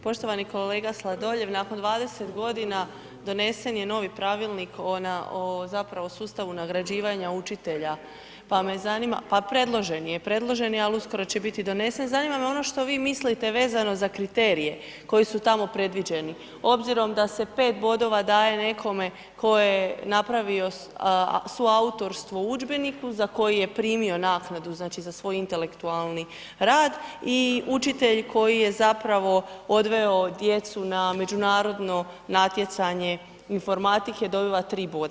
Poštovani kolega Sladoljev, nakon 20.g. donesen je novi Pravilnik o zapravo sustavu nagrađivanja učitelja, pa me zanima, pa predložen je, predložen je, al uskoro će bit i donesen, zanima me ono što vi mislite vezano za kriterije koji su tamo predviđeni obzirom da se 5 bodova daje nekome tko je napravio suautorstvo u udžbeniku za koje je primio naknadu, znači, za svoj intelektualni rad i učitelj koji je zapravo odveo djecu na međunarodno natjecanje informatike dobiva 3 boda.